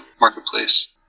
marketplace